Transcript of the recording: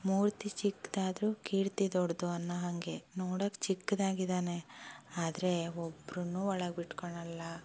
ಮೂರ್ತಿ ಚಿಕ್ದಾದ್ರೂ ಕೀರ್ತಿ ದೊಡ್ಡದು ಅನ್ನೊ ಹಾಗೆ ನೋಡೋಕ್ಕೆ ಚಿಕ್ದಾಗಿದ್ದಾನೆ ಆದರೆ ಒಬ್ರನ್ನೂ ಒಳಗೆ ಬಿಟ್ಕೊಳಲ್ಲ